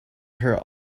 her